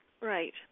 Right